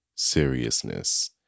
seriousness